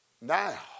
now